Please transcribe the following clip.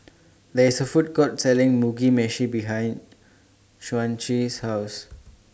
There IS A Food Court Selling Mugi Meshi behind Chauncey's House